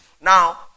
Now